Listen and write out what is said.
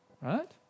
Right